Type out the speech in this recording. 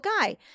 guy